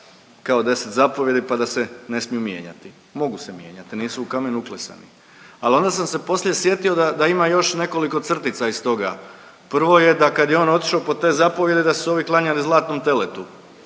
kao 10 zapovijedi, pa da se ne smiju mijenjati. Mogu se mijenjati, nisu u kamen uklesani. Al onda sam se poslije sjetio da, da ima još nekoliko crtica iz toga. Prvo je da kad je on otišao po te zapovijedi da su se ovi klanjali zlatnom teletu.